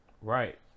Right